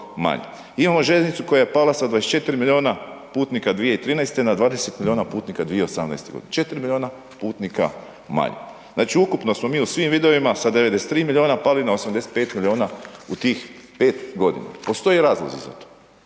Imamo željeznicu koja je pala sa 24 milijuna putnika 2013. na 20 milijuna putnika 2018.g., 4 milijuna putnika manje, znači ukupno smo mi u svim vidovima sa 93 milijuna pali na 85 milijuna u tih 5.g., postoje razlozi za to,